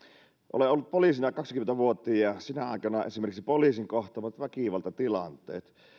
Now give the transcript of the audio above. olen ollut poliisina kaksikymmentä vuotta ja sinä aikana esimerkiksi poliisin kohtaamat väkivaltatilanteet